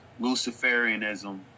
Luciferianism